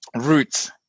roots